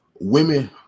women